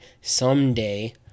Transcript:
someday